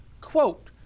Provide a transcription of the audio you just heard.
Quote